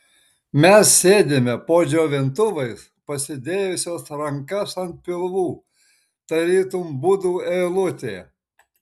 mes sėdime po džiovintuvais pasidėjusios rankas ant pilvų tarytum budų eilutė